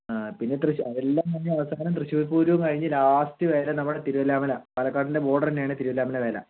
ആ പിന്നെ തൃശ്ശൂ അതെല്ലാം കഴിഞ്ഞ് അവസാനം തൃശ്ശൂർ പൂരവും കഴിഞ്ഞ് ലാസ്റ്റ് വരെ നമ്മുടെ തിരുവില്ല മേളയാണ് പാലക്കാടിൻ്റെ ബോർഡറ് തന്നെയാണ് തിരുവില്ലാമുല്ല വേല